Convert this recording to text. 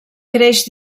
creix